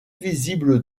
visible